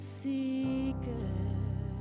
seeker